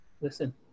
listen